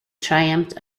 triumphed